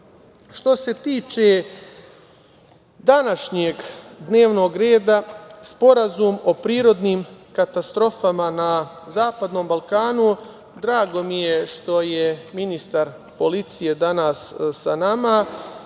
se tiče današnjeg dnevnog reda, Sporazum o prirodnim katastrofama na zapadnom Balkanu, drago mi je što je ministar policije danas sa nama.